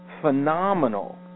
phenomenal